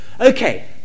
Okay